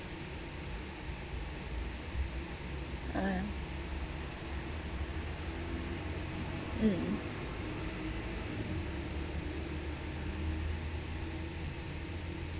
ya mm